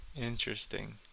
Interesting